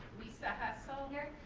lisa hessel. here.